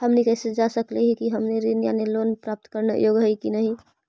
हमनी कैसे जांच सकली हे कि हमनी कृषि ऋण यानी लोन प्राप्त करने के योग्य हई कि नहीं?